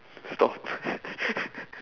stop